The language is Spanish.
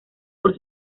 por